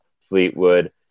Fleetwood